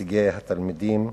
בהישגי התלמידים.